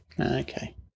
Okay